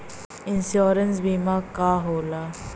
Insurance बीमा का होला?